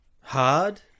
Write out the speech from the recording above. hard